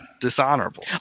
dishonorable